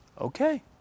okay